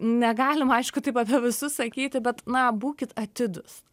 negalima aišku taip apie visus sakyti bet na būkit atidūs